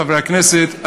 חברי הכנסת,